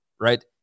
right